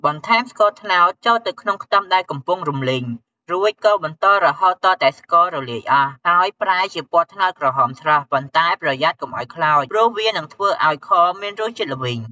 បន្ថែមស្ករត្នោតចូលទៅក្នុងខ្ទឹមដែលកំពុងរំលីង រួចកូរបន្តរហូតទាល់តែស្កររលាយអស់ ហើយប្រែជាពណ៌ត្នោតក្រហមស្រស់ ប៉ុន្តែ ប្រយ័ត្នកុំឱ្យខ្លោច ព្រោះវានឹងធ្វើឱ្យខមានរសជាតិល្វីង។